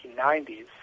1990s